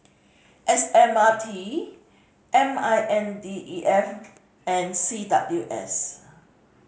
S M R T M I N D E F and C W S